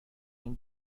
این